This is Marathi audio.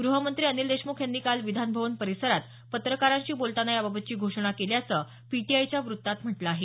ग्रहमंत्री अनिल देशम्ख यांनी काल विधानभवन परिसरात पत्रकारांशी बोलताना याबाबतची घोषणा केल्याचं पीटीआयच्या व्रत्तात म्हटलं आहे